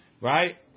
right